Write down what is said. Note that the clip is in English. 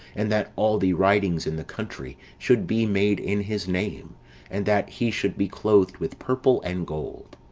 and that all the writings in the country should be made in his name and that he should be clothed with purple and gold